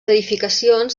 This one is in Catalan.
edificacions